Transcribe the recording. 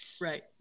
Right